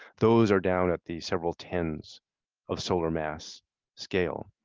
those are down at the several tens of solar mass scale.